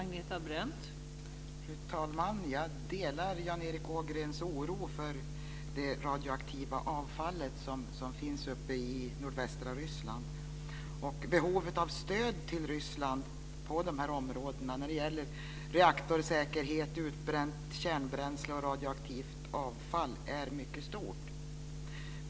Fru talman! Jag delar Jan Erik Ågrens oro för det radioaktiva avfallet som finns i nordvästra Ryssland. Behovet av stöd till Ryssland när det gäller reaktorsäkerhet, utbränt kärnbränsle och radioaktivt avfall är mycket stort.